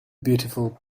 beautiful